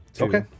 Okay